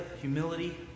humility